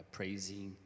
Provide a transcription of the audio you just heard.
praising